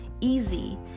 easy